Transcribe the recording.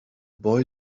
boy